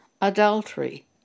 Adultery